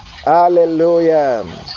Hallelujah